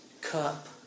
cup